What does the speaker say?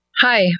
Hi